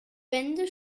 wände